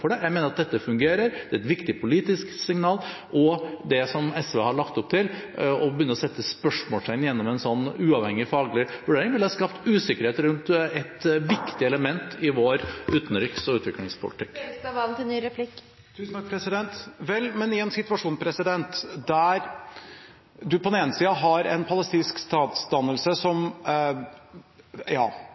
for det. Jeg mener at dette fungerer, det er et viktig politisk signal, og det som SV har lagt opp til, å begynne å sette spørsmålstegn gjennom en sånn uavhengig faglig evaluering, ville ha skapt usikkerhet rundt et viktig element i vår utenriks- og utviklingspolitikk. Vel, men i en situasjon der man på den ene siden har en palestinsk statsdannelse som